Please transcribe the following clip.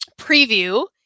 preview